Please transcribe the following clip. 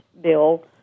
bill